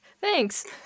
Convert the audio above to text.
Thanks